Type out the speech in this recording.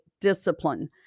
discipline